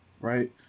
Right